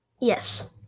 Yes